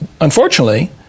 Unfortunately